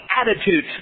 attitude